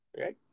Okay